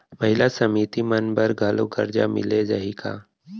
महिला समिति मन बर घलो करजा मिले जाही का?